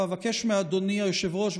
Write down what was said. אבקש מאדוני היושב-ראש,